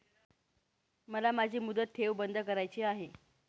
मला माझी मुदत ठेव बंद करायची आहे